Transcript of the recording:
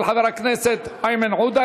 של חבר הכנסת איימן עודה,